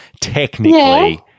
technically